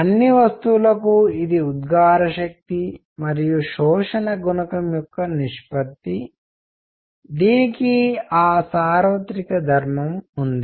అన్ని వస్తువులకు ఇది ఉద్గార శక్తి మరియు శోషణ గుణకం యొక్క నిష్పత్తి దీనికి ఆ సార్వత్రిక ధర్మం ఉంది